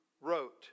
wrote